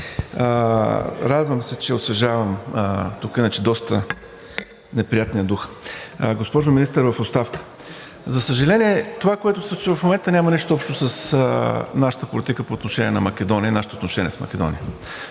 Радвам се, че освежавам тук иначе доста неприятния дух. Госпожо Министър в оставка, за съжаление, това, което се случва в момента, няма нищо общо с нашата политика по отношение на Македония и нашите отношения с Македония.